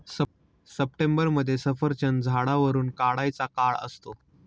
सप्टेंबरमध्ये सफरचंद झाडावरुन काढायचा काळ असतो